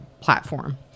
platform